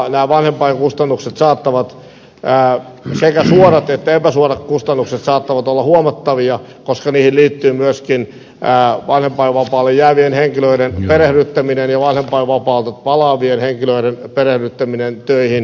nämä vanhempainkustannukset sekä suorat että epäsuorat kustannukset saattavat olla huomattavia koska niihin liittyy myöskin vanhempainvapaalle jäävien henkilöiden perehdyttäminen ja vanhempainvapaalta palaavien henkilöiden perehdyttäminen töihin